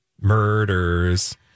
murders